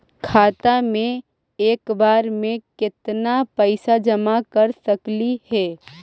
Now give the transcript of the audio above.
खाता मे एक बार मे केत्ना पैसा जमा कर सकली हे?